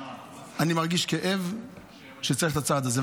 אני מרגיש כאב שצריך את הצעד הזה.